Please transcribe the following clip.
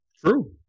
true